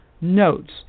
notes